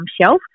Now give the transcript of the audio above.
shelf